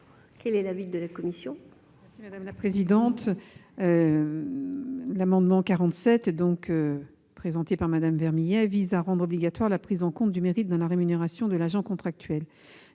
Quel est l'avis de la commission ?